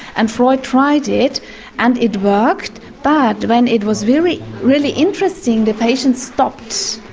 and freud tried it and it worked. but when it was really really interesting the patient stopped,